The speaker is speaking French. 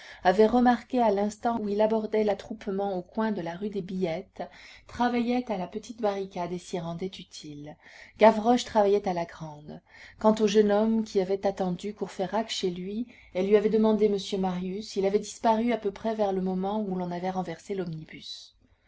avaient remarqué à l'instant où il abordait l'attroupement au coin de la rue des billettes travaillait à la petite barricade et s'y rendait utile gavroche travaillait à la grande quant au jeune homme qui avait attendu courfeyrac chez lui et lui avait demandé monsieur marius il avait disparu à peu près vers le moment où l'on avait renversé l'omnibus